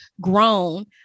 grown